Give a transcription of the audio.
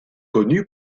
connu